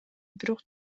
бирок